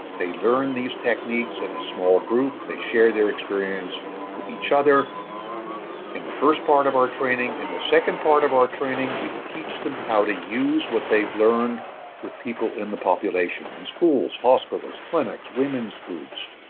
they learn these techniques in a small group. they share their experience with each other in the first part of our training. in the second part of our training, we teach them how to use what they've learned with people in the population, in schools, hospitals clinics, women's groups,